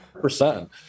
percent